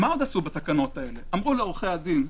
מה עוד עשו בתקנות האלה אמרו לעורכי הדין: